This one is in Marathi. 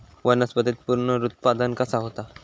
वनस्पतीत पुनरुत्पादन कसा होता?